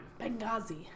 Benghazi